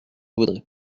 voudrais